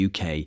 UK